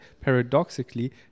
paradoxically